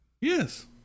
Yes